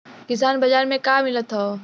किसान बाजार मे का मिलत हव?